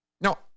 Now